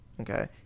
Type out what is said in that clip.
Okay